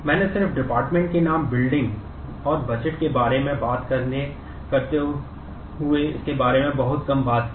मैंने सिर्फ डिपार्टमेंट है